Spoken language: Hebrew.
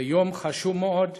זה יום חשוב מאוד.